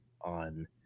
on